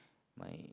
my